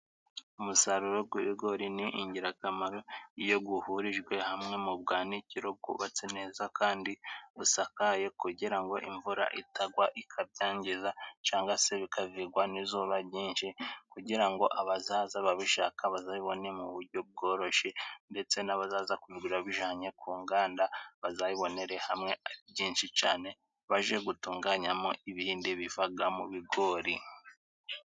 Umusaruro gw'ibigori ni ingirakamaro iyo guhurijwe hamwe mu bwanikiro gwubatse neza, kandi busakaye, kugira ngo imvura itagwa ikabyangiza, cangwa se bikavigwa n'izuba ryinshi, kugira ngo abazaza babishaka bazabibone mu buryo bworoshe, ndetse n'abazaza kubigura babijanye ku nganda, bazabibonere hamwe ari byinshi cane, baje gutunganyamo ibindi bivaga mu bigori.